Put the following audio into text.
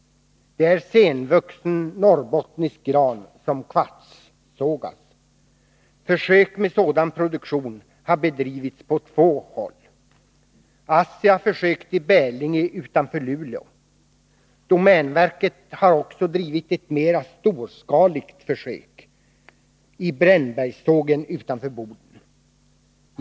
Det är senvuxen norrbottnisk gran som kvartssågas. Försök med sådan produktion har bedrivits på två håll. ASSI har försökt i Bälinge utanför Luleå. Domänverket har också drivit ett mera storskaligt försök i Brännbergssågen utanför Boden.